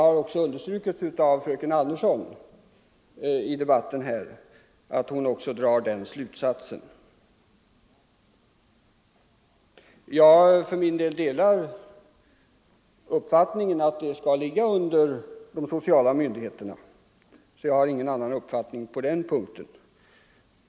Fröken Andersson har också i debatten här understrukit att även hon drar den slutsatsen. Jag för min del delar uppfattningen att förskoleverksamheten skall ligga under de sociala myndigheterna.